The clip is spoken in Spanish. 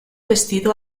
vestido